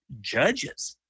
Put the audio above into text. judges